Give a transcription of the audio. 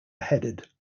beheaded